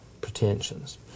pretensions